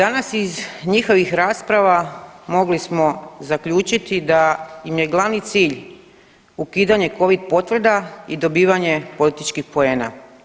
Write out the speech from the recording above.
A danas iz njihovih rasprava mogli smo zaključiti da im je glavni cilj ukidanje covid potvrda i dobivanje političkih poena.